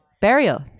Burial